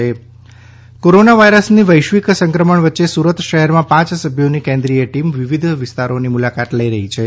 સુરત કેન્દ્રીય corona team corona વાયરસની વૈશ્વિક સંક્રમણ વચ્ચે સૂરત શહેરમાં પાંચ સભ્યોની કેન્દ્રીય ટીમ વિવિધ વિસ્તારોની મુલાકાત લઈ રહી છે